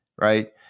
Right